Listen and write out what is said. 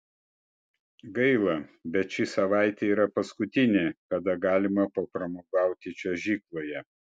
gaila bet ši savaitė yra paskutinė kada galima papramogauti čiuožykloje